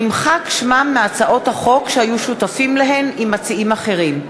נמחקו שמותיהם מהצעות החוק שהם היו שותפים להן עם מציעים אחרים.